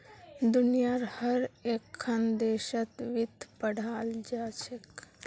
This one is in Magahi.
दुनियार हर एकखन देशत वित्त पढ़ाल जा छेक